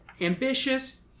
Ambitious